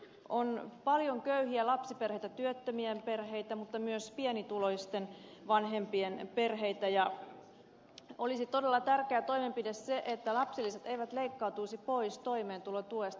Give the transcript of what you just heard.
on paljon köyhiä lapsiperheitä työttömien perheitä mutta myös pienituloisten vanhempien perheitä ja olisi todella tärkeä toimenpide se että lapsilisät eivät leikkautuisi pois toimeentulotuesta